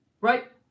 Right